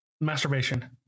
Masturbation